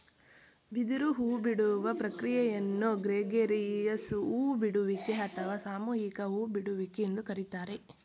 ಬಿದಿರು ಹೂಬಿಡುವ ಪ್ರಕ್ರಿಯೆಯನ್ನು ಗ್ರೆಗೇರಿಯಸ್ ಹೂ ಬಿಡುವಿಕೆ ಅಥವಾ ಸಾಮೂಹಿಕ ಹೂ ಬಿಡುವಿಕೆ ಎಂದು ಕರಿತಾರೆ